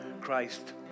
Christ